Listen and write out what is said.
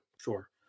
sure